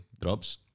drops